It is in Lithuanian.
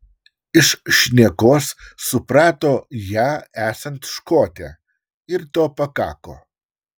iš šnekos suprato ją esant škotę ir to pakako